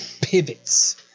pivots